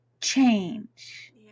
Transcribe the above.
change